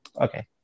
okay